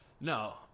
No